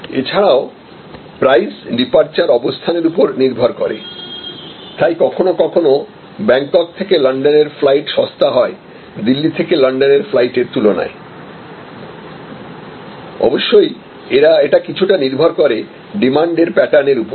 এছাড়াও price departure অবস্থানের উপর নির্ভর করে তাই কখনও কখনও ব্যাংকক থেকে লন্ডনের ফ্লাইট সস্তা হয় দিল্লি থেকে লন্ডনের ফ্লাইট এর তুলনায় অবশ্য এটা কিছুটা নির্ভর করে ডিমান্ড এর প্যাটার্ন এর উপর